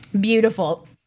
Beautiful